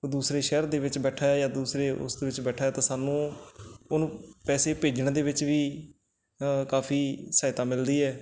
ਉਹ ਦੂਸਰੇ ਸ਼ਹਿਰ ਦੇ ਵਿੱਚ ਬੈਠਾ ਜਾਂ ਦੂਸਰੇ ਉਸ ਦੇ ਵਿੱਚ ਬੈਠਾ ਤਾਂ ਸਾਨੂੰ ਉਹਨੂੰ ਪੈਸੇ ਭੇਜਣ ਦੇ ਵਿੱਚ ਵੀ ਕਾਫੀ ਸਹਾਇਤਾ ਮਿਲਦੀ ਹੈ